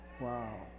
Wow